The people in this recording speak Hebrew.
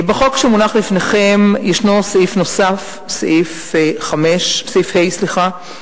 בחוק שמונח לפניכם ישנו סעיף נוסף, סעיף קטן (ה).